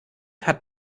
hat